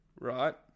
right